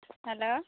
hello